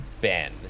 Ben